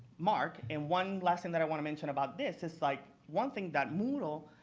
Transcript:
mark. and one lesson that i want to mention about this is like one thing that moodle,